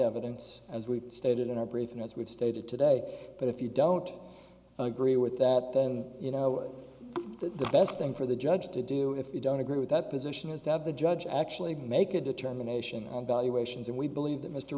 evidence as we stated in our brief and as we've stated today but if you don't agree with that then you know the best thing for the judge to do if we don't agree with that position is to have the judge actually make a determination on valuations and we believe that mr